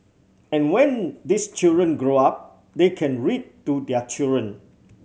and when these children grow up they can read to their children